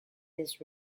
this